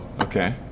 Okay